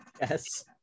yes